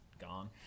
gone